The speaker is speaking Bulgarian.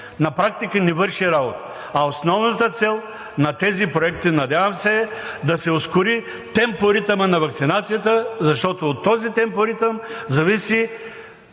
на практика не върши работа. А основната цел на тези проекти, надявам се, е да се ускори темпоритъма на ваксинацията, защото от този темпоритъм зависи